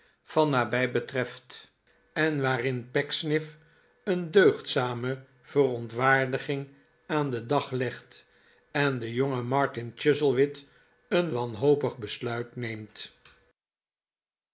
van nabij betreft en waarin pecksniff een deugdzame verontwaardiging aan den dag legt en de jonge martin chuzziewit een wanhopig besluit neemtf